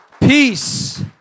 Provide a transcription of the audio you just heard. Peace